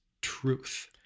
truth